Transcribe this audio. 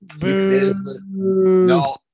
no